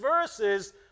verses